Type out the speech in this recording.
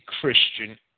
Christian